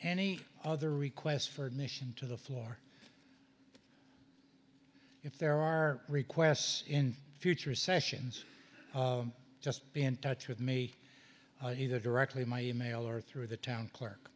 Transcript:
annie other requests for mission to the floor if there are requests in future sessions just be in touch with me either directly my email or through the town clerk